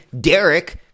Derek –